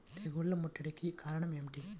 తెగుళ్ల ముట్టడికి కారణం ఏమిటి?